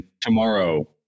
tomorrow